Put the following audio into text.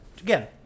again